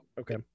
Okay